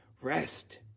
rest